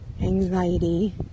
anxiety